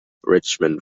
richmond